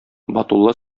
батулла